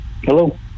Hello